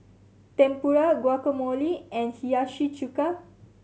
Tempura Guacamole and Hiyashi Chuka